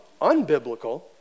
unbiblical